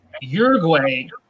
Uruguay